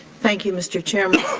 thank you, mr. chairman.